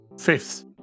Fifth